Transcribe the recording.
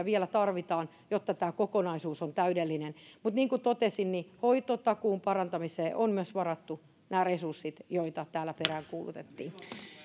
vielä tarvitaan jotta tämä kokonaisuus on täydellinen mutta niin kuin totesin hoitotakuun parantamiseen on myös varattu nämä resurssit joita täällä peräänkuulutettiin